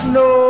no